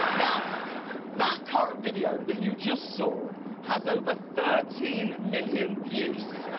now that current video that you just saw has over thirteen million views.